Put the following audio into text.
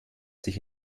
sich